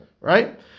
Right